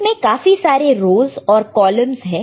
इसमें काफी सारे रोस और कॉलंमस है